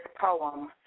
poem